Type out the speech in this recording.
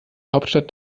hauptstadt